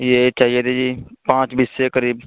یہی چاہیے تھی جی پانچ بسے کے قریب